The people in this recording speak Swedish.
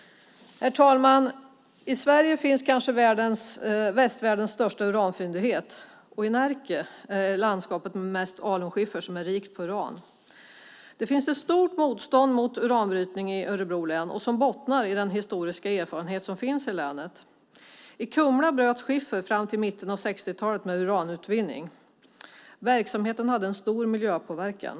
Herr talman! I Sverige finns kanske västvärldens största uranfyndighet. Närke är landskapet med mest alunskiffer, som är rikt på uran. Det finns ett stort motstånd mot uranbrytning i Örebro län. Det bottnar i den historiska erfarenhet som finns i länet. I Kumla bröts skiffer fram till mitten av 60-talet i samband med uranutvinning. Verksamheten hade en stor miljöpåverkan.